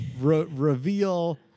reveal